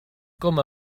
com